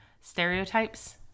stereotypes